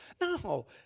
No